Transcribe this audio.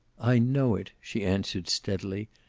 i know it, she answered, steadily.